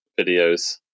videos